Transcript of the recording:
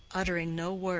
uttering no word,